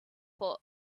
for